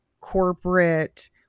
corporate